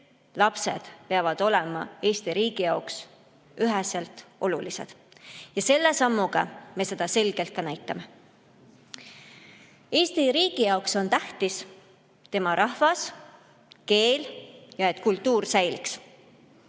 lapsed peavad olema Eesti riigi jaoks üheselt olulised. Ja selle sammuga me seda selgelt ka näitame. Eesti riigi jaoks on tähtis, et tema rahvas, keel ja kultuur säiliks.